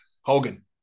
Hogan